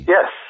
Yes